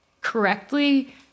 correctly